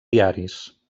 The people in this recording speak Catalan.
diaris